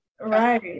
right